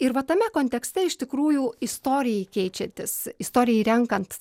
ir va tame kontekste iš tikrųjų istorijai keičiantis istorijai renkant